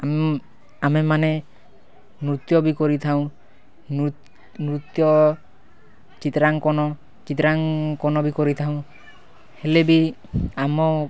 ଆମେମାନେ ନୃତ୍ୟ ବି କରିଥାଉଁ ନୃତ୍ୟ ଚିତ୍ରାଙ୍କନ ଚିତ୍ରାଙ୍କନ ବି କରିଥାଉଁ ହେଲେ ବି ଆମ